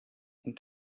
and